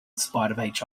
spite